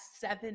seven